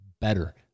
better